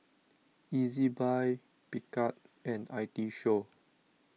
Ezbuy Picard and I T Show